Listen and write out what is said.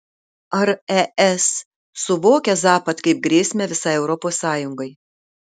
ar es suvokia zapad kaip grėsmę visai europos sąjungai